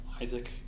isaac